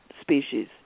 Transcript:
species